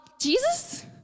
Jesus